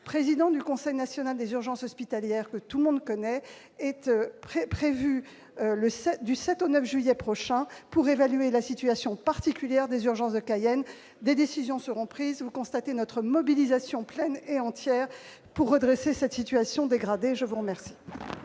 président du Conseil national de l'urgence hospitalière, que tout le monde connaît. Elle aura lieu du 7 au 9 juillet prochain, pour évaluer la situation particulière des urgences de Cayenne. Des décisions seront prises ! Vous constatez notre mobilisation pleine et entière pour redresser cette situation dégradée. La parole